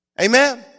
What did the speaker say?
Amen